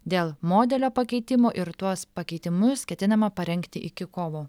dėl modelio pakeitimo ir tuos pakeitimus ketinama parengti iki kovo